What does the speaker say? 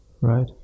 Right